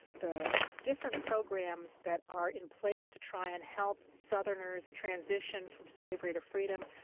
the different programs that are in place to try and help southerners transition from slavery to freedom,